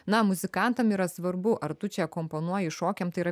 na muzikantam yra svarbu ar tu čia komponuoji šokiam tai yra vi